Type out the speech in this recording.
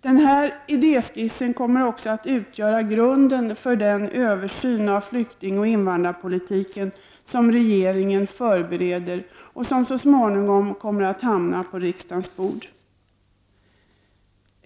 Den här idéskissen kommer att utgöra grunden för den översyn av flyktingoch invandrarpolitiken som regeringen förbereder och som så småningom kommer att hamna på riksdagens bord.